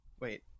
wait